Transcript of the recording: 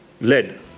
lead